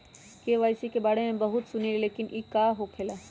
KYC के बारे में हम बहुत सुनीले लेकिन इ का होखेला?